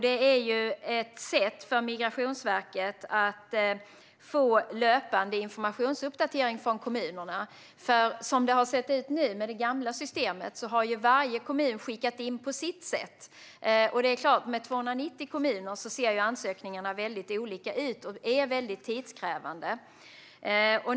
Det är ett sätt för Migrationsverket att få löpande informationsuppdatering från kommunerna. Som det har sett ut nu, med det gamla systemet, har varje kommun skickat in på sitt sätt. Med 290 kommuner är det klart att ansökningarna ser väldigt olika ut, och det hela är tidskrävande.